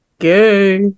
Okay